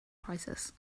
crisis